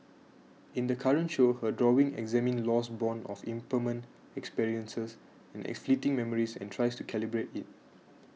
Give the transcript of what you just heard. in the current show her drawings examine loss borne of impermanent experiences and fleeting memories and tries to calibrate it